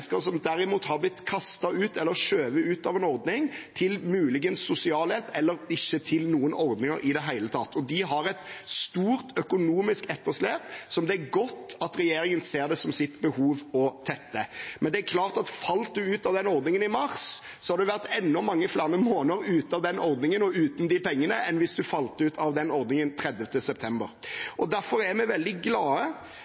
som derimot har blitt kastet, eller skjøvet, ut av en ordning – muligens til sosialhjelp, eller til ikke noen ordning i det hele tatt – og de har et stort økonomisk etterslep som det er godt at regjeringen ser behov for å tette. Men det er klart at falt du ut av den ordningen i mars, har du vært enda mange flere måneder uten den ordningen og uten de pengene enn hvis du falt ut av den ordningen 30. september.